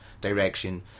direction